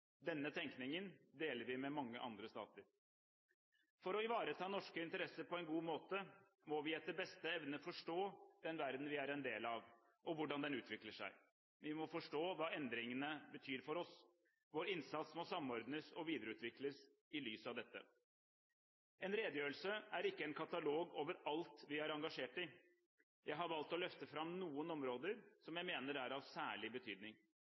Denne tenkningen deler vi med mange andre stater. For å ivareta norske interesser på en god måte må vi etter beste evne forstå den verden vi er en del av, og hvordan den utvikler seg. Vi må forstå hva endringene betyr for oss. Vår innsats må samordnes og videreutvikles i lys av dette. En redegjørelse er ikke en katalog over alt vi er engasjert i. Jeg har valgt å løfte fram noen områder som jeg mener er av særlig betydning.